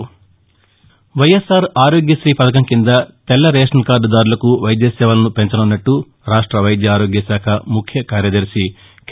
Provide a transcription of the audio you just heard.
రాష్టంలో వైఎస్సార్ ఆరోగ్యశ్రీ పథకం కింద తెల్లరేషన్ కార్డుదారులకు వైద్య సేవలను పెంచనున్నట్ల రాష్ట వైద్య ఆరోగ్య శాఖ ముఖ్య కార్యదర్శి కె